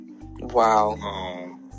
wow